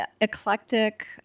eclectic